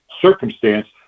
circumstance